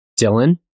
Dylan